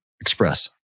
Express